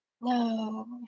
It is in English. No